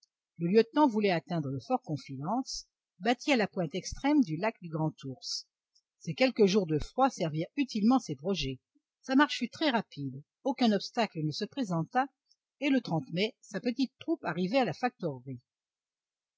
le lieutenant voulait atteindre le fort confidence bâti à la pointe extrême du lac du grand ours ces quelques jours de froid servirent utilement ses projets sa marche fut très rapide aucun obstacle ne se présenta et le mai sa petite troupe arrivait à la